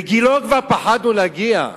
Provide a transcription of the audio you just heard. לגילה פחדנו להגיע.